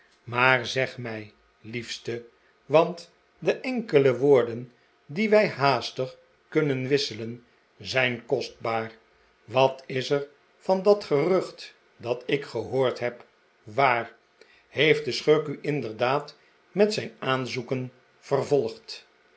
maar zeg mij liefste want de enkele woorden die wij haastig kunnen wisselen zijn kostbaar wat is er van dat gerucht dat ik gehoord heb waar heeft de schurk u inderdaad met zijn aan zoeken vervolgd